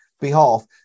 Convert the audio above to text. behalf